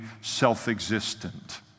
self-existent